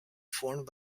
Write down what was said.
formed